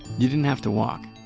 you didn't have to walk.